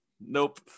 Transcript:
Nope